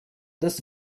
das